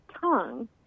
tongue